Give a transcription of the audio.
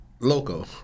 loco